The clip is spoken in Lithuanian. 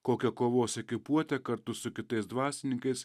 kokią kovos ekipuotę kartu su kitais dvasininkais